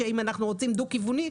שאם אנחנו רוצים דו-כיווני,